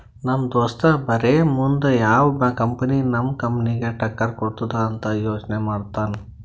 ನಮ್ ದೋಸ್ತ ಬರೇ ಮುಂದ್ ಯಾವ್ ಕಂಪನಿ ನಮ್ ಕಂಪನಿಗ್ ಟಕ್ಕರ್ ಕೊಡ್ತುದ್ ಅಂತ್ ಯೋಚ್ನೆ ಮಾಡ್ತಾನ್